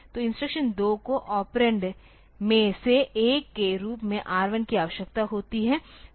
तो इंस्ट्रक्शन 2 को ऑपरेंड में से एक के रूप में R1 की आवश्यकता होती है